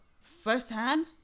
firsthand